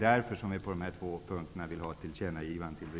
Därför vill vi, på dessa två punkter, ha ett tillkännagivande.